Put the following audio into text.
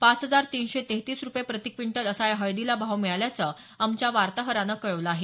पाच हजार तीनशे तेहतीस रूपये प्रति क्विंटल असा या हळदीला भाव मिळाल्याचं आमच्या वार्ताहरानं कळवलं आहे